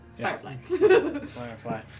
firefly